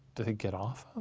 do they get off